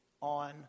on